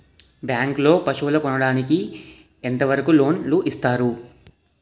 Bank లో పశువుల కొనడానికి ఎంత వరకు లోన్ లు ఇస్తారు?